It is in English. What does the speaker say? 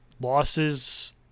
losses